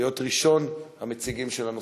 להיות ראשון המציגים של הנושא.